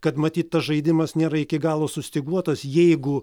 kad matyt tas žaidimas nėra iki galo sustyguotas jeigu